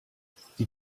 sie